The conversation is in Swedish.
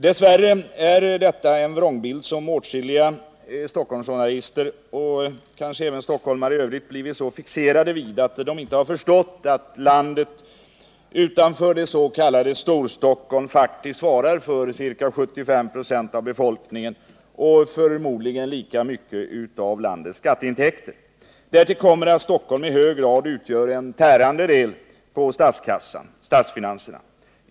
Dess värre är detta en vrångbild som åtskilliga Stockholmsjournalister, och kanske även stockholmare i övrigt, har blivit så fixerade vid att de inte har förstått att landet utanför det s.k. Storstockholm faktiskt har ca 75 96 av befolkningen och förmodligen svarar för lika mycket av landets skatteintäkter. Därtill kommer att Stockholm i hög grad utgör en tärande del på statskassan, statsfinanserna.